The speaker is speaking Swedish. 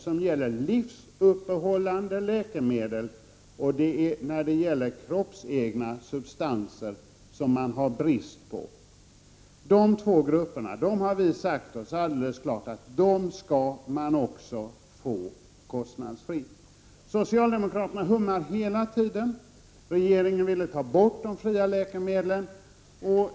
Det gäller livsuppehållande läkemedel och läkemedel som gäller kroppsegna substanser som människor har brist på. Socialdemokraterna hummar hela tiden, och regeringen ville ta bort de kostnadsfria läkemedlen.